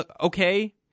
okay